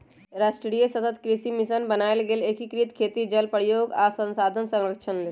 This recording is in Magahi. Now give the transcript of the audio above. राष्ट्रीय सतत कृषि मिशन बनाएल गेल एकीकृत खेती जल प्रयोग आ संसाधन संरक्षण लेल